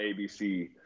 ABC